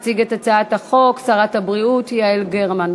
תציג את הצעת החוק שרת הבריאות יעל גרמן.